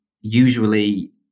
Usually